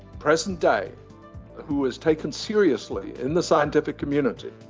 present-day, who is taken seriously in the scientific community,